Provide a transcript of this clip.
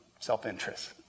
Self-interest